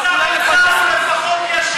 צריך אולי לפטר אותך.